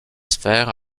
sphères